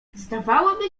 zdawałoby